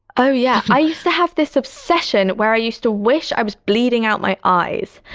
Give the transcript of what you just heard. oh, yeah. i used to have this obsession where i used to wish i was bleeding out my eyes.